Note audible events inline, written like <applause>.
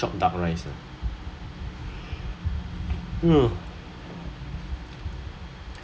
coffee shop duck rice ah <noise>